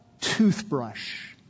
toothbrush